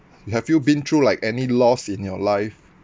have you been through like any loss in your life